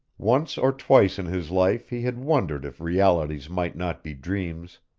once or twice in his life he had wondered if realities might not be dreams,